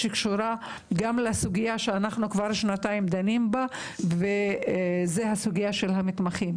שקשורה גם לסוגיה שאנחנו דנים בה כבר שנתיים וזו הסוגיה של המתמחים.